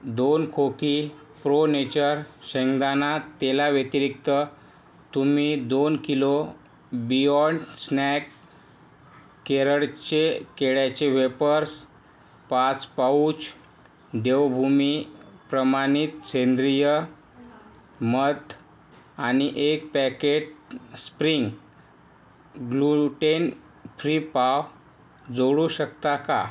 दोन खोकी Pro Nature शेंगदाणा तेलाव्यतिरिक्त तुम्ही दोन किलो बियाँड स्नॅक केरळचे केळ्याचे वेफर्स पाच पाऊच देवभूमी प्रमाणित सेंद्रिय मध आणि एक पॅकेट स्प्रिंग ग्लूटेन फ्री पाव जोडू शकता का